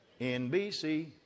NBC